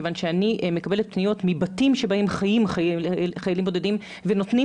כיוון שאני מקבלת פניות מבתים שבהם חיים חיילים בודדים ונותנים